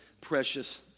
precious